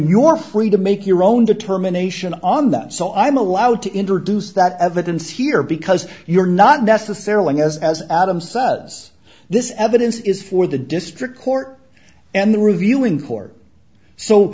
are free to make your own determination on that so i'm allowed to introduce that evidence here because you're not necessarily as as adam sus this evidence is for the district court and reviewing court so